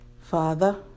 Father